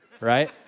right